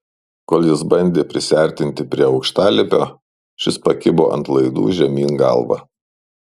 kol jis bandė prisiartinti prie aukštalipio šis pakibo ant laidų žemyn galva